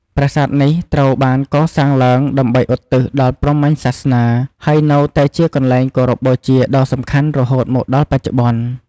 ប្រាសាទនេះត្រូវបានកសាងឡើង ដើម្បីឧទ្ទិសដល់ព្រហ្មញ្ញសាសនា ហើយនៅតែជាកន្លែងគោរពបូជាដ៏សំខាន់រហូតមកដល់បច្ចុប្បន្ន។